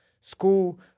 school